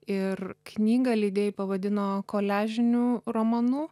ir knygą leidėjai pavadino koliažiniu romanu